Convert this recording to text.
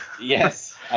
Yes